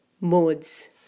modes